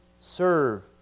serve